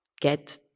get